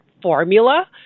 formula